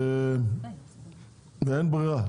ואין ברירה,